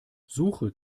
suche